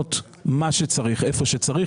לבנות מה שצריך, איפה שצריך.